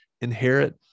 inherit